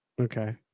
Okay